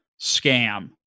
scam